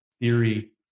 theory